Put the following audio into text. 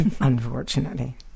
unfortunately